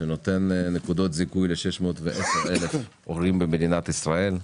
שנותן נקודות זיכוי ל-610,000 הורים במדינת ישראל.